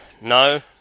No